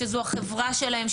שזו החברה שלהם,